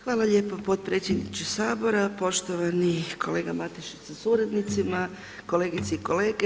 Hvala lijepo potpredsjedniče Sabora, poštovani kolega Matešić sa suradnicima, kolegice i kolege.